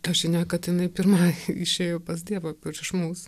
ta žinia kad jinai pirma išėjo pas dievą prieš mus